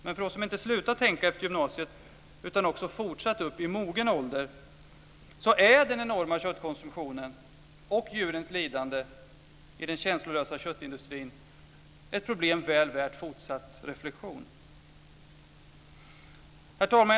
Men för oss som inte slutade att tänka efter gymnasiet utan fortsatt också upp i mogen ålder är den enorma köttkonsumtionen och djurens lidande i den känslolösa köttindustrin ett problem väl värt fortsatt reflexion. Herr talman!